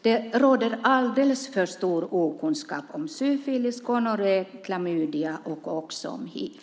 Det råder alldeles för stor okunskap om syfilis, gonorré, klamydia och också om hiv.